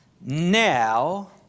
now